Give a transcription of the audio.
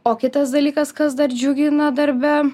o kitas dalykas kas dar džiugina darbe